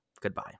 Goodbye